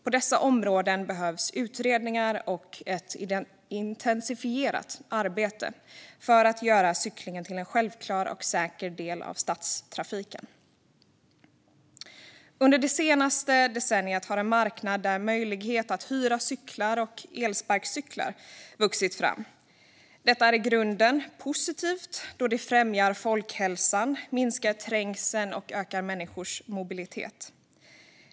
På dessa områden behövs utredningar och ett intensifierat arbete för att göra cyklingen till en självklar och säker del av stadstrafiken. Under det senaste decenniet har en marknad där möjlighet att hyra cyklar och elsparkcyklar vuxit fram. Detta är i grunden positivt då det främjar folkhälsan, minskar trängseln och ökar människors mobilitet.